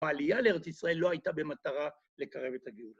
‫העלייה לארץ ישראל לא הייתה ‫במטרה לקרב את הגאולה.